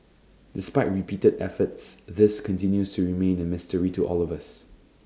despite repeated efforts this continues to remain A mystery to all of us